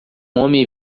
homem